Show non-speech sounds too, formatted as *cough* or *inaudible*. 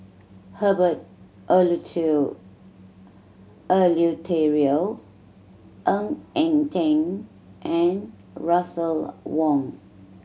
Herbert *unintelligible* Eleuterio Ng Eng Teng and Russel Wong